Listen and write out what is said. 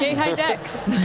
high dex.